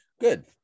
good